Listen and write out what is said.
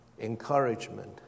encouragement